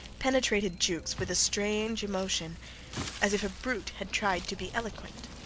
penetrated jukes with a strange emotion as if a brute had tried to be eloquent.